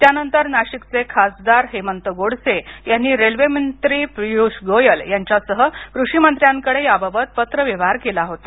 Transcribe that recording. त्यानंतर नाशिकचे खासदार हेमंत गोडसे यांनी रेल्वेमंत्री पियुष गोयल यांच्यासह कृषिमंत्र्यांकडे याबाबत पत्र व्यवहार केला होता